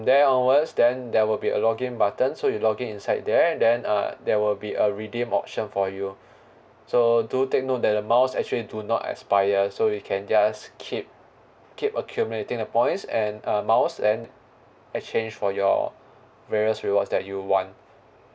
there onwards then there will be a login button so you login inside there then uh there will be a redeem option for you so do take note that the miles actually do not expire so you can just keep keep accumulating the points and air miles then exchange for your various rewards that you want